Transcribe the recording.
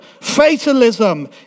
Fatalism